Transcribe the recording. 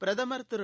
பிரதமர் கிரு